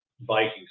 vikings